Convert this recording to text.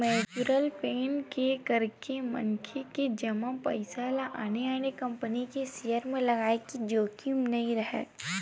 mutual fund कके चलत मनखे के जमा पइसा ल आने आने कंपनी के सेयर म लगाय ले जोखिम के डर नइ राहय